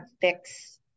fix